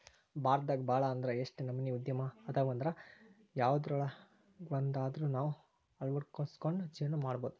ಭಾರತದಾಗ ಭಾಳ್ ಅಂದ್ರ ಯೆಷ್ಟ್ ನಮನಿ ಉದ್ಯಮ ಅದಾವಂದ್ರ ಯವ್ದ್ರೊಳಗ್ವಂದಾದ್ರು ನಾವ್ ಅಳ್ವಡ್ಸ್ಕೊಂಡು ಜೇವ್ನಾ ಮಾಡ್ಬೊದು